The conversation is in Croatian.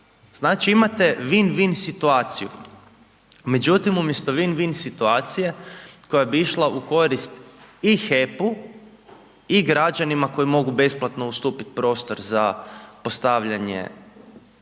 Znači imate win-win situacija, međutim umjesto win-win situacije koja bi išla u korist i HEP-u i građanima koji mogu besplatno ustupiti prostor za postavljanje